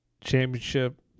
Championship